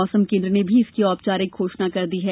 मौसम केन्द्र ने भी इसकी औपचारिक घोषणा कर दी है